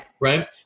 Right